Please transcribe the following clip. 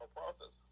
process